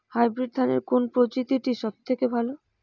Hybrid ধানের কোন প্রজীতিটি সবথেকে ভালো?